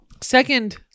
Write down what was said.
second